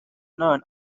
known